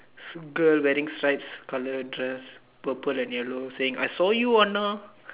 girl wearing stripes color dress purple and yellow saying I saw you Anna